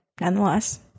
nonetheless